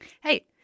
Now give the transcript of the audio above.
Hey